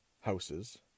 houses